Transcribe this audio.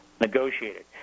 negotiated